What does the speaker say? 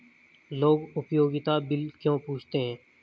लोग उपयोगिता बिल क्यों पूछते हैं?